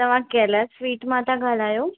तव्हां कैलाश स्वीट मां था ॻाल्हायो